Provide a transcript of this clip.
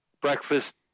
breakfast